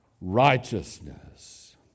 righteousness